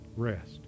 rest